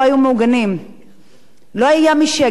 לא היה מי שיגן עליהם וייצג אותם,